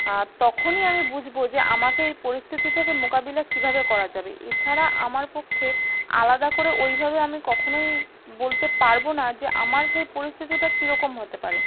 তখনই আমি বুঝবো যে আমাকে এই পরিস্থিতি থেকে মোকাবিলা কীভাবে করা যাবে এছাড়া আমার পক্ষে আলাদা করে ওইভাবে আমি কখনোই বলতে পারবো না যে আমার সেই পরিস্থিতিটা কীরকম হতে পারে